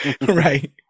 Right